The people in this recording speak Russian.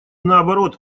наоборот